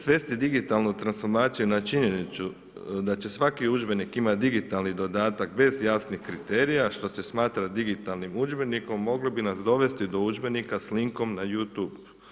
Svesti digitalnu transformaciju na činjenu da će svaki udžbenik imati digitalni dodatak bez jasnih kriterija što se smatra digitalnim udžbenikom, moglo bi nas dovesti do udžbenika sa linkom na YouTube.